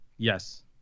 Yes